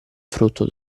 frutto